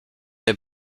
der